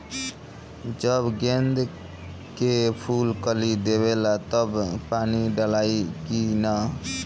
जब गेंदे के फुल कली देवेला तब पानी डालाई कि न?